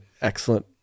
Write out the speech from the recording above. excellent